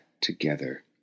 together